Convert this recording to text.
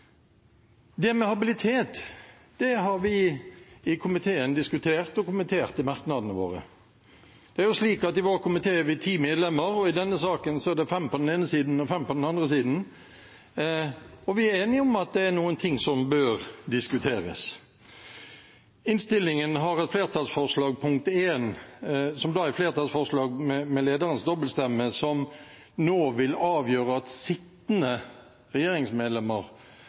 Det med habilitet har vi i komiteen diskutert og kommentert i merknadene våre. Det er jo slik at i vår komité er vi ti medlemmer, og i denne saken er det fem på den ene siden og fem på den andre siden. Vi er enige om at det er noen ting som bør diskuteres. Innstillingen har et flertallsforslag I, som er et flertallsforslag med lederens dobbeltstemme, som nå vil avgjøre at sittende regjeringsmedlemmer